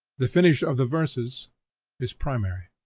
the finish of the verses is primary.